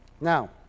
Now